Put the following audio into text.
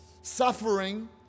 suffering